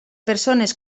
persones